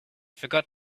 forgot